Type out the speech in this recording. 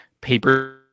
paper